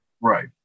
Right